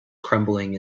crumbling